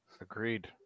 Agreed